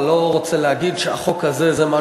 אני לא רוצה להגיד שהחוק הזה הוא מה